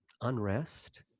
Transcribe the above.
unrest